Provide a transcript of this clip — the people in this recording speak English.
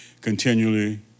continually